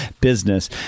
business